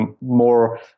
more